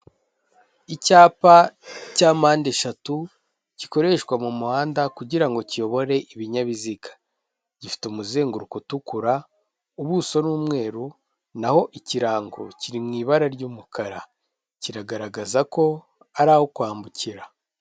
Icyapa cya mpande eshatu gikoreshwa mu muhanda kugirango kiyobore ibinyabiziga, gifite umuzenguruko utukura, ubuso ni umweru, na ho ikirango kiri mu ibara ry'umukara, kiragaragaza ko ari aho kwambukira.